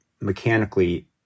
mechanically